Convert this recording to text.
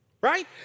right